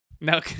No